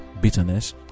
bitterness